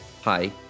hi